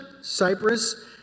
Cyprus